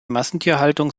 massentierhaltung